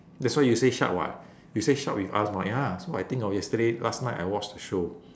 that's why you say shark [what] you say shark with arms mah ya so I think of yesterday last night I watch the show